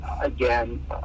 again